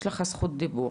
יש לך זכות דיבור.